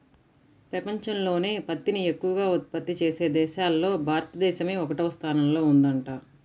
పెపంచంలోనే పత్తిని ఎక్కవగా ఉత్పత్తి చేసే దేశాల్లో భారతదేశమే ఒకటవ స్థానంలో ఉందంట